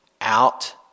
out